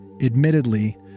admittedly